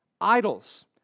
idols